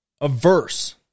averse